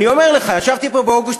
אני אומר לך, ישבתי פה באוגוסט.